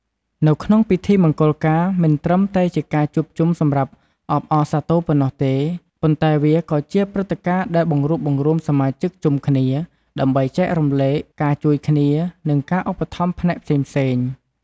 នៅក្នុងពិធីមង្គលការ មិនត្រឹមតែជាការជួបជុំសម្រាប់អបអរសាទរប៉ុណ្ណោះទេ ប៉ុន្តែវាក៏ជាប្រព្រឹត្តិការណ៍ដែលបង្រួបបង្រួមសមាជិកជុំគ្នា ដើម្បីចែករំលែកការជួយគ្នា និងការឧបត្ថម្ភផ្នែកផ្សេងៗ។